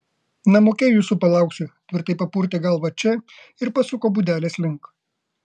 namuke jūsų palauksiu tvirtai papurtė galvą če ir pasuko būdelės link